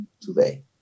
today